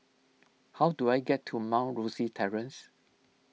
how do I get to Mount Rosie Terrace